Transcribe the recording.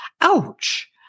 Ouch